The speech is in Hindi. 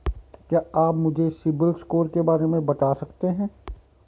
क्या आप मुझे सिबिल स्कोर के बारे में बता सकते हैं?